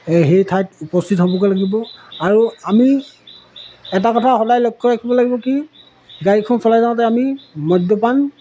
সেই ঠাইত উপস্থিত হ'বগৈ লাগিব আৰু আমি এটা কথা সদায় লক্ষ্য ৰাখিব লাগিব কি গাড়ীখন চলাই যাওঁতে আমি মদ্যপান